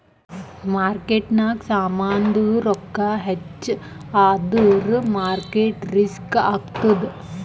ಮಾರ್ಕೆಟ್ನಾಗ್ ಸಾಮಾಂದು ರೊಕ್ಕಾ ಹೆಚ್ಚ ಆದುರ್ ಮಾರ್ಕೇಟ್ ರಿಸ್ಕ್ ಆತ್ತುದ್